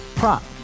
Prop